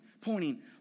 pointing